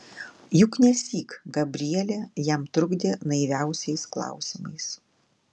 juk nesyk gabrielė jam trukdė naiviausiais klausimais